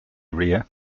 rea